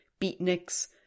beatniks